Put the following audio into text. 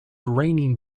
raining